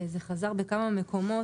וזה חזר בכמה מקומות,